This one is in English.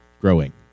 growing